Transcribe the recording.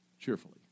cheerfully